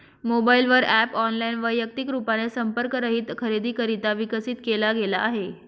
mobile वर app online, वैयक्तिक रूपाने संपर्क रहित खरेदीकरिता विकसित केला गेला आहे